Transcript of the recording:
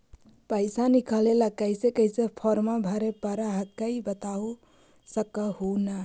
पैसा निकले ला कैसे कैसे फॉर्मा भरे परो हकाई बता सकनुह?